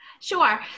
Sure